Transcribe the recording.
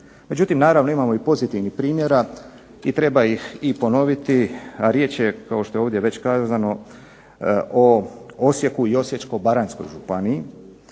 Međutim, naravno imamo pozitivnih primjera i treba ih ponoviti, riječ je kako je ovdje već kazano, o Osijeku i Osječko-baranjskoj županiji